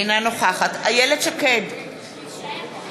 אינה נוכחת איילת שקד, אינה נוכחת